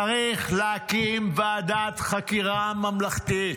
צריך להקים ועדת חקירה ממלכתית.